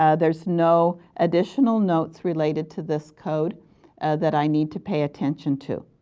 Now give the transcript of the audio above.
ah there's no additional notes related to this code that i need to pay attention to.